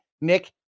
Nick